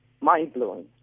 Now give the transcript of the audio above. mind-blowing